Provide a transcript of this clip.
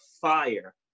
fire